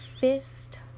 fist